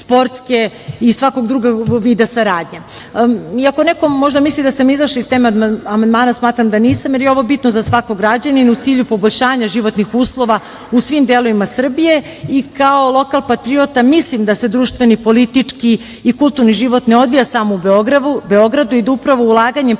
sportske i svakog drugog vida saradnje. Iako neko možda misli da sam izašla iz teme amandmana, smatram da nisam, jer je ovo bitno za svakog građanina u cilju poboljšanja životnih uslova u svim delovima Srbije. Kao lokal-patriota mislim da se društveni, politički i kulturni život ne odvija samo u Beogradu i da upravo ulaganjem